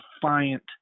defiant